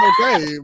okay